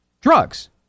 drugs